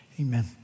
Amen